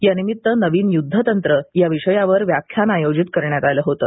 यानिमित्त नवीनयुद्ध तंत्र या विषयावर व्याख्यान आयोजित करण्यात आलं होतं